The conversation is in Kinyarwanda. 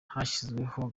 hashyizweho